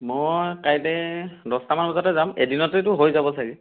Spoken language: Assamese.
মই কাইলৈ দহটামান বজাতে যাম এদিনতেতো হৈ যাব চাগৈ